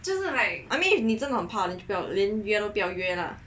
I mean if 真的很怕连约都不要约啦